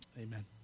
Amen